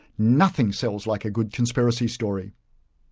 nothing sells like a good conspiracy story.